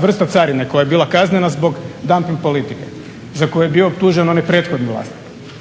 vrsta carine koja je bila kaznena zbog damping politike za koju je bio optužen onaj prethodni vlasnik